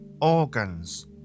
Organs